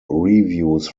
reviews